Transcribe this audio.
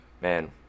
man